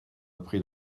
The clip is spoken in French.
appris